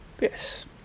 yes